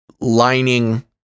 lining